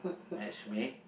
matchmake